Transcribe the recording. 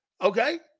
okay